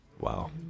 wow